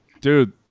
Dude